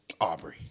Aubrey